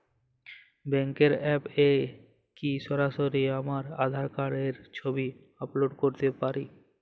ব্যাংকের অ্যাপ এ কি সরাসরি আমার আঁধার কার্ড র ছবি আপলোড করতে পারি?